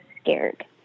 scared